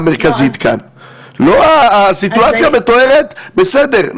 לא כולם מאבטחי מוסדות האנרגיה,